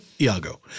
Iago